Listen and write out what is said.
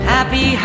Happy